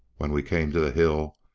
when we came to the hill,